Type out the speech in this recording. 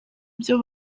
byo